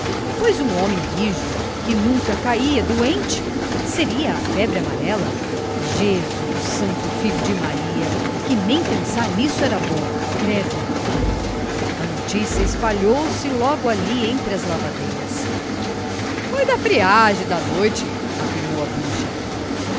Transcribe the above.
pois um homem rijo que nunca caia doente seria a febre amarela jesus santo filho de maria que nem pensar nisso era bom credo a notícia espalhou-se logo ali entre as lavadeiras foi da friagem da noite afirmou a